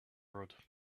road